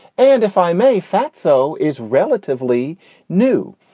and if i may, fatso is relatively new.